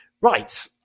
Right